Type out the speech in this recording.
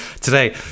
today